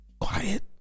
Quiet